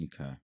Okay